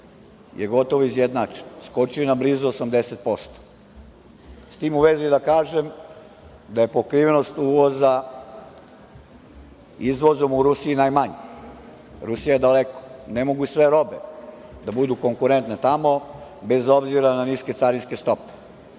je gotovo izjednačen, skočio je na blizu 80%. S tim u vezi, da kažem da je pokrivenost uvoza izvozom u Rusiji najmanji. Rusija je daleko, ne mogu sve robe da budu konkurentne tamo, bez obzira na niske carinske stope. Mi